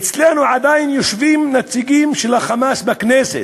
אצלנו עדיין יושבים נציגים של ה"חמאס" בכנסת.